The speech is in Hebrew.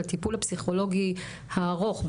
על הטיפול הפסיכולוגי הארוך,